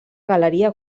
galeria